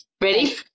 Ready